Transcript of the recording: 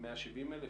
170,000?